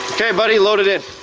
okay buddy, load it in.